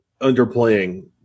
underplaying